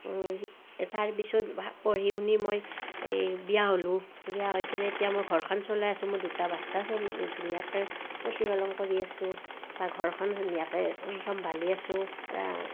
এটাৰ পিছত পঢ়ি শুনি মই এই বিয়া হ'লোঁ বিয়া হৈ কিনে এতিয়া মোৰ ঘৰখন চলাই আছোঁ মই দুটা বাচ্ছা চ ধুনীয়াকৈ প্ৰতিপালন কৰি আছোঁ বা ঘৰখন ধুনীয়াকৈ চম্ভালি আছোঁ পূৰা